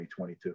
2022